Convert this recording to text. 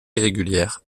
irrégulières